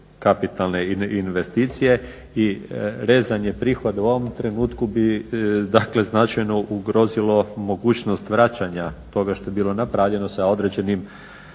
kapitalne investicije i rezanje prihoda u ovom trenutku bi dakle značajno ugrozilo mogućnost vraćanja toga što je bilo napravljeno sa određenom